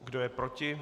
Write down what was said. Kdo je proti?